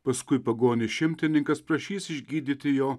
paskui pagonis šimtininkas prašys išgydyti jo